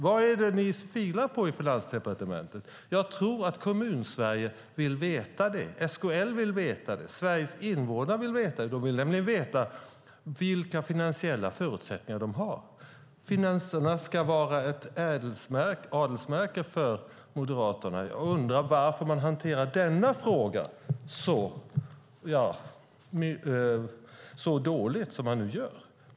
Vad är det ni filar på i Finansdepartementet? Jag tror att Kommunsverige vill veta det. SKL vill veta det. Sveriges invånare vill veta det. De vill nämligen veta vilka finansiella förutsättningar de har. Finanserna ska vara ett adelsmärke för Moderaterna, och jag undrar varför man hanterar denna fråga så dåligt som man nu gör.